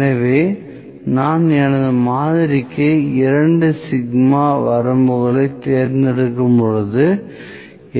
எனவே நான் எனது மாதிரிக்கு 2 சிக்மா வரம்புகளைத் தேர்ந்தெடுக்கும்போது